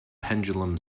pendulum